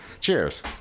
Cheers